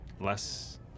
less